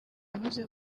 yavuze